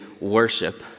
worship